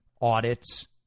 audits